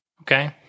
okay